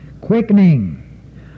quickening